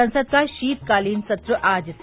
संसद का शीतकालीन सत्र आज से